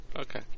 Okay